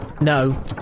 No